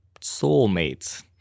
soulmates